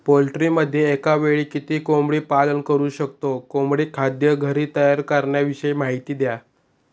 पोल्ट्रीमध्ये एकावेळी किती कोंबडी पालन करु शकतो? कोंबडी खाद्य घरी तयार करण्याविषयी माहिती द्या